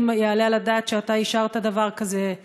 האם יעלה על הדעת שאתה אישרת דבר כזה,